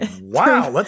Wow